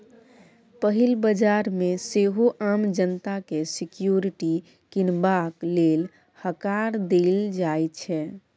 पहिल बजार मे सेहो आम जनता केँ सिक्युरिटी कीनबाक लेल हकार देल जाइ छै